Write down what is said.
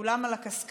כולם על הקשקש,